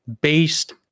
based